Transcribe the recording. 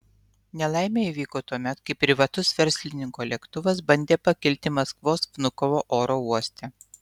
nelaimė įvyko tuomet kai privatus verslininko lėktuvas bandė pakilti maskvos vnukovo oro uoste